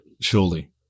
Surely